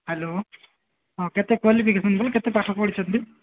hello ହଁ କେତେ qualification ବୋଲେ କେତେ ପାଠ ପଢ଼ିଛନ୍ତି